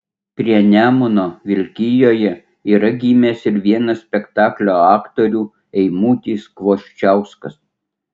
prie nemuno vilkijoje yra gimęs ir vienas spektaklio aktorių eimutis kvoščiauskas